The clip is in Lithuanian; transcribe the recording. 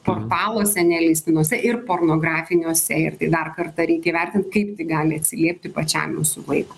portaluose neleistinuose ir pornografiniuose ir tai dar kartą reikia įvertint kaip gali atsiliepti pačiam vaikui